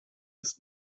ist